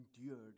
endured